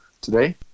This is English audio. today